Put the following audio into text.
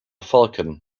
falcon